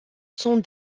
sont